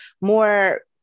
more